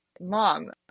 mom